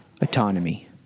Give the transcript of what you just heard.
autonomy